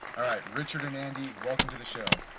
all right, richard and andy welcome to the show